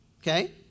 Okay